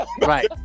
Right